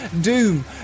Doom